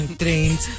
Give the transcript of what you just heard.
trains